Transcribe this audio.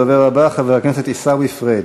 הדובר הבא, חבר הכנסת עיסאווי פריג'.